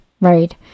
right